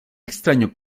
extraño